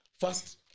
first